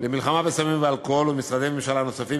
למלחמה בסמים ובאלכוהול ועם משרדי ממשלה נוספים,